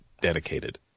dedicated